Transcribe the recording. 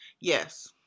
Yes